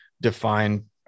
define